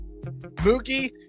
mookie